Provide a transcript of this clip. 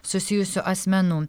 susijusių asmenų